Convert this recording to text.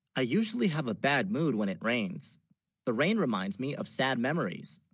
i usually have a, bad mood when it rains the rain reminds, me of sad memories